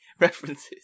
references